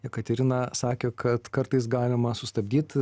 jekaterina sakė kad kartais galima sustabdyt